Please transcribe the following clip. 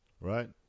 Right